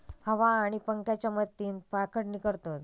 हवा किंवा पंख्याच्या मदतीन पाखडणी करतत